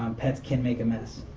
um pets can make a mess